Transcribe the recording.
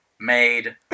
made